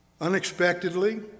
Unexpectedly